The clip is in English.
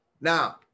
now